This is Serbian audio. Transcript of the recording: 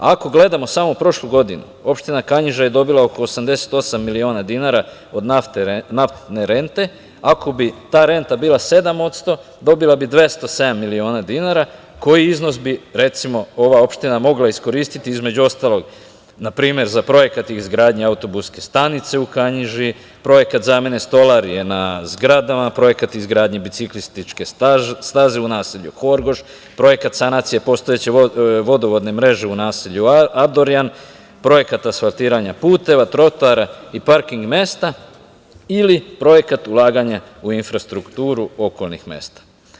Ako gledamo samo prošlu godinu, opština Kanjiža je dobila oko 88 miliona dinara od naftne rente, ako bi ta renta bila 7% dobila bi 207 miliona dinara, koji bi iznos, recimo, ova opština mogla iskoristiti između ostalog na primer za projekat i izgradnju autobuske stanice u Kanjiži, projekat zamene stolarije na zgradama, projekat izgradnje biciklističke staze u naselju Horgoš, projekat sanacije postojeće vodovodne mreže u naselju Abdorjan, projekat asfaltiranja puteva, trotoara i parking mesta ili projekat ulaganja u infrastrukturu okolnih mesta.